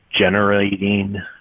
generating